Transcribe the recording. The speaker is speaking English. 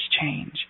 change